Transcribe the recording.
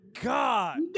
God